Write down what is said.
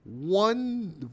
one